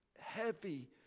heavy